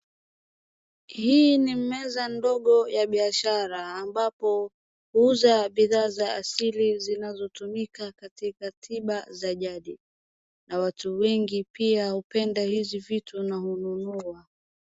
Hii ni meza ndogo ya biashara ambapo, huuza bidhaa za asili zinazotumika katika tiba za jadi, na watu wengi pia hupenda hizi vitu na hununua.